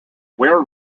were